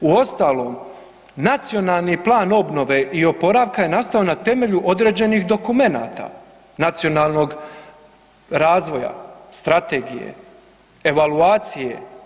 Uostalom Nacionalni plan obnove i oporavka je nastao na temelju određenih dokumenata, nacionalnog razvoja, strategije, evaluacije.